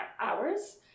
hours